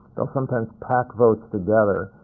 sometimes pack votes together.